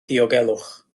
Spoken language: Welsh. diogelwch